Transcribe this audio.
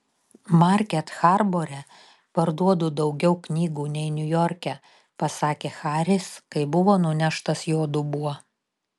market harbore parduodu daugiau knygų nei niujorke pasakė haris kai buvo nuneštas jo dubuo